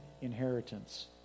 inheritance